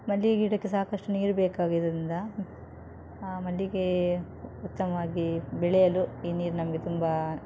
ಮಲ್ಲಿಗೆ ಗಿಡಕ್ಕೆ ಸಾಕಷ್ಟು ನೀರು ಬೇಕಾಗಿದ್ದರಿಂದ ಆ ಮಲ್ಲಿಗೆ ಉತ್ತಮವಾಗಿ ಬೆಳೆಯಲು ಈ ನೀರು ನಮಗೆ ತುಂಬ